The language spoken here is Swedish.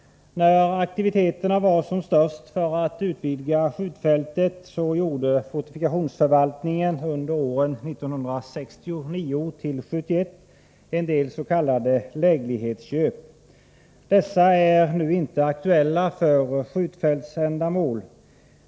När aktiviteterna för att utvidga skjutfältet var som störst gjorde fortifikationsförvaltningen under åren 1969-1971 en del s.k. läglighetsköp. Dessa är nu inte aktuella för skjutfältsändamål.